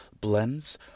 blends